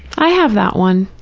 i have that one.